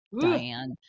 Diane